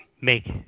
make